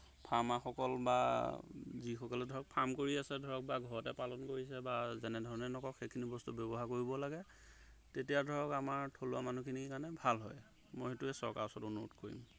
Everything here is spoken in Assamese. ফাৰ্মাৰসকল বা যিসকলে ধৰক ফাৰ্ম কৰি আছে ধৰক ঘৰতে পালন কৰিছে বা যেনেধৰণে নকৰক সেইখিনি বস্তু ব্যৱহাৰ কৰিব লাগে তেতিয়া ধৰক আমাৰ থলুৱা মানুহখিনিৰ কাৰণে ভাল হয় মই সেইটোৱে চৰকাৰৰ ওচৰত অনুৰোধ কৰিম